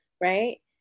right